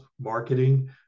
marketing